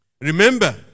Remember